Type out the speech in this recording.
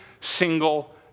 single